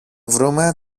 βρούμε